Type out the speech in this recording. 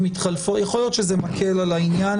מתחלפות יכול להיות שזה מקל על העניין,